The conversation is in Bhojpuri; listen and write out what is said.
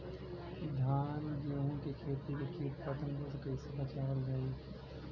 धान गेहूँक खेती के कीट पतंगों से कइसे बचावल जाए?